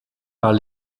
par